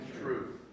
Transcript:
truth